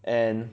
and